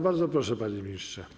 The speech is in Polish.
Bardzo proszę, panie ministrze.